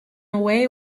away